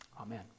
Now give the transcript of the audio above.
Amen